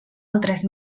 altres